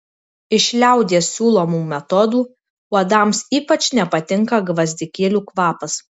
iš liaudies siūlomų metodų uodams ypač nepatinka gvazdikėlių kvapas